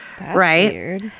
right